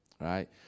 right